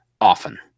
often